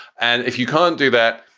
and if you can't do that,